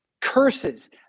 curses